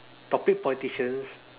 topic politicians